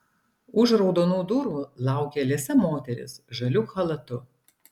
už raudonų durų laukia liesa moteris žaliu chalatu